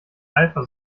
eifer